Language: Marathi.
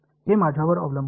हे माझ्यावर अवलंबून आहे